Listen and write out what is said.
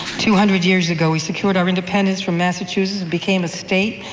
two hundred years ago, we secured our independence from massachusetts and became a state,